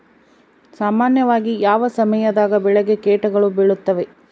ಸಾಮಾನ್ಯವಾಗಿ ಯಾವ ಸಮಯದಾಗ ಬೆಳೆಗೆ ಕೇಟಗಳು ಬೇಳುತ್ತವೆ?